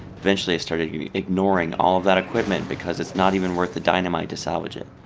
eventually i started ignoring all of that equipment because it's not even worth the dynamite to salvage it.